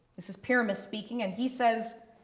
this is pyramus speaking and he says,